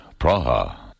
Praha